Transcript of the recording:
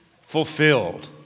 fulfilled